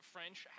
French